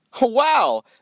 Wow